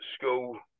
school